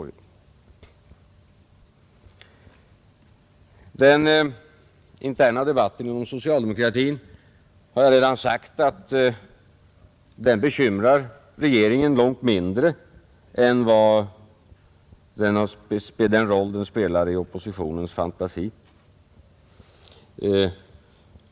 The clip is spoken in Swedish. Vad beträffar den interna debatten inom socialdemokratin har jag redan sagt att den spelar en långt mindre bekymmersam roll för regeringen än vad den gör i oppositionens fantasi.